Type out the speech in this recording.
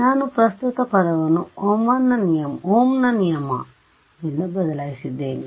ನಾನು ಪ್ರಸ್ತುತ ಪದವನ್ನು ಓಮ್ ನ ನಿಯಮOhm's law ದಿಂದ ಬದಲಾಯಿಸಿದ್ದೇನೆ